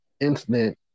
incident